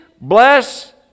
Bless